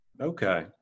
Okay